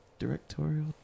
directorial